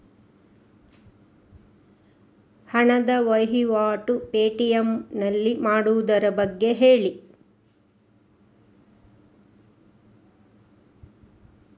ಹಣದ ವಹಿವಾಟು ಪೇ.ಟಿ.ಎಂ ನಲ್ಲಿ ಮಾಡುವುದರ ಬಗ್ಗೆ ಹೇಳಿ